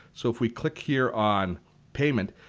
so if we click here on payment,